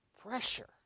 Pressure